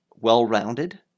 well-rounded